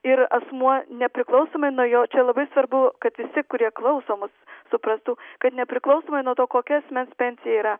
ir asmuo nepriklausomai nuo jo čia labai svarbu kad visi kurie klauso mus suprastų kad nepriklausomai nuo to kokia asmens pensija yra